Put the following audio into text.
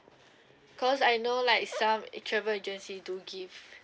cause I know like some a~ travel agency do give